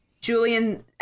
julian